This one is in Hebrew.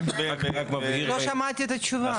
לא שמעתי את התשובה.